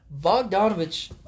Bogdanovich